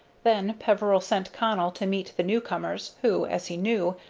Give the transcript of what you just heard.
then peveril sent connell to meet the new-comers, who, as he knew,